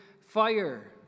fire